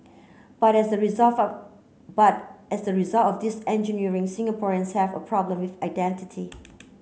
but as the but as the result of this engineering Singaporeans have a problem with identity